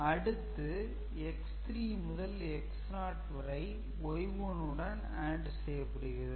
அடுத்து X3 முதல் X0 வரை Y1 உடன் AND செய்யப்படுகிறது